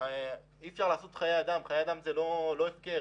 חיי אדם הם לא הפקר.